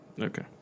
Okay